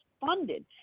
funded